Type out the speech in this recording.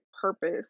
purpose